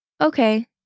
Okay